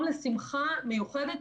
בכל זאת מדובר באדם עסוק,